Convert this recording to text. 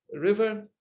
river